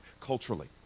culturally